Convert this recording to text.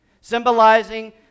symbolizing